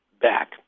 back